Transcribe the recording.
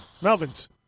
Melvin's